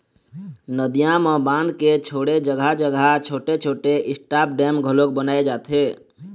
नदियां म बांध के छोड़े जघा जघा छोटे छोटे स्टॉप डेम घलोक बनाए जाथे